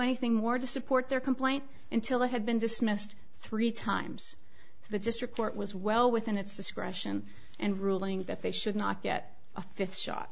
anything more to support their complaint until it had been dismissed three times the district court was well within its discretion and ruling that they should not get a fifth shot